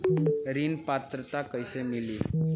ऋण पात्रता कइसे मिली?